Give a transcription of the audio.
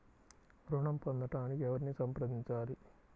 ఋణం పొందటానికి ఎవరిని సంప్రదించాలి?